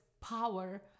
power